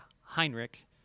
Heinrich